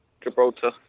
gibraltar